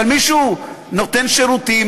אבל מישהו נותן שירותים,